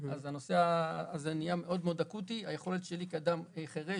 זה נהיה מאוד אקוטי היכולת של אדם חירש